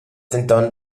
denton